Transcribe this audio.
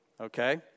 Okay